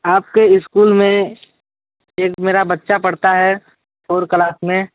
आपके इस्कूल में एक मेरा बच्चा पढ़ता है फॉर कलास में